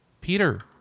Peter